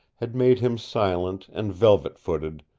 had made him silent and velvet-footed,